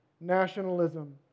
nationalism